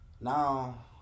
Now